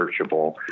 searchable